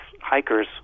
hikers